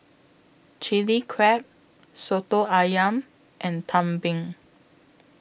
Chilli Crab Soto Ayam and Tumpeng